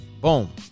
boom